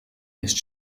ist